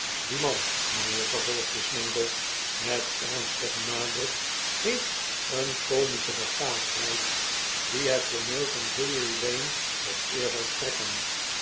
die man mijnheer vervolgde smangle met ernstigen nadruk heeft een komische begaafdheid die het tooneel van drurylane tot eer zou strekken